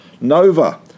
Nova